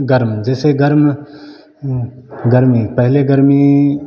गर्म जैसे गर्म गर्मी पहले गर्मी